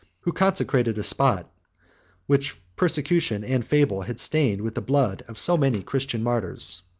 who consecrated a spot which persecution and fable had stained with the blood of so many christian martyrs.